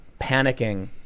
panicking